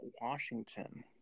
Washington